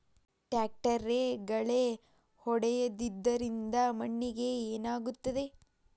ಟ್ರಾಕ್ಟರ್ಲೆ ಗಳೆ ಹೊಡೆದಿದ್ದರಿಂದ ಮಣ್ಣಿಗೆ ಏನಾಗುತ್ತದೆ?